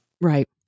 Right